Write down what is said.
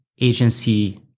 agency